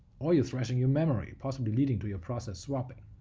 or you're thrashing your memory, possibly leading to your process swapping.